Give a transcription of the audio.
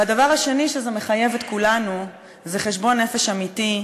והדבר השני, שמחייב את כולנו, זה חשבון נפש אמיתי.